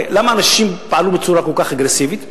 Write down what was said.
הרי למה אנשים פעלו בצורה כל כך אגרסיבית?